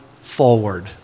forward